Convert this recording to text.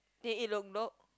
then eat lok-lok